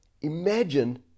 Imagine